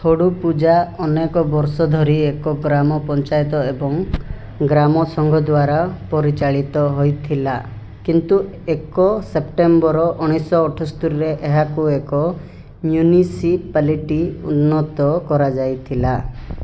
ଥୋଡ଼ୁ ପୁଜା ଅନେକ ବର୍ଷ ଧରି ଏକ ଗ୍ରାମ ପଞ୍ଚାୟତ ଏବଂ ଗ୍ରାମ ସଂଘ ଦ୍ୱାରା ପରିଚାଳିତ ହେଇଥିଲା କିନ୍ତୁ ଏକ ସେପ୍ଟେମ୍ବର ଉଣେଇଶିଶହ ଅଠସ୍ତରିରେ ଏହାକୁ ଏକ ମ୍ୟୁନିସିପାଲିଟି ଉନ୍ନତ କରାଯାଇଥିଲା